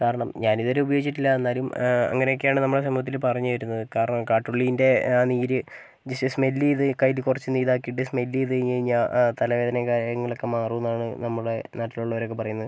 കാരണം ഞാനിതുവരെ ഉപയോഗിച്ചിട്ടില്ല എന്നാലും അങ്ങനെയൊക്കെയാണ് നമ്മുടെ സമൂഹത്തിൽ പറഞ്ഞു തരുന്നത് കാരണം കാട്ടുള്ളിന്റെ ആ നീര് ജസ്റ്റ് സ്മെൽ ചെയ്ത് കയ്യിൽ കുറച്ച് ഇതാക്കീട്ട്സ്മെൽ ചെയ്ത് കഴിഞ്ഞു കഴിഞ്ഞാൽ തലവേദനേം കാര്യങ്ങളൊക്കെ മാറുന്നാണ് നമ്മുടെ നാട്ടിലുള്ളവരൊക്കെ പറയുന്നത്